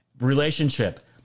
relationship